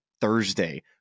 Thursday